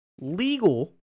legal